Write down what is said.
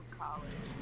college